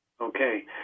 Okay